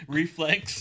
reflex